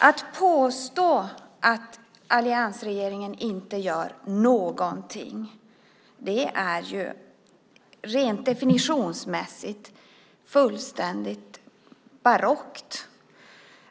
Att påstå att alliansregeringen inte gör någonting är fullständigt barockt.